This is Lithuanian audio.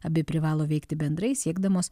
abi privalo veikti bendrai siekdamos